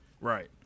Right